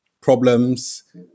problems